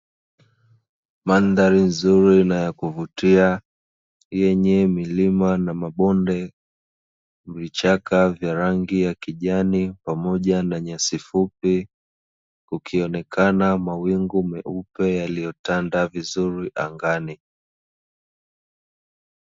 Mandhari nzuri na ya kuvutia yenye milima na mabonde, vichaka vya rangi ya kijani pamoja na nyasi fupi, ukionekana mawingu meupe yaliyotanda vizuri angani.